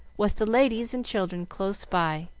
with the ladies and children close by.